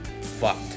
fucked